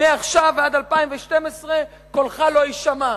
מעכשיו ועד 2012 קולך לא יישמע.